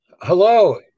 Hello